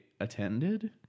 attended